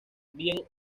bien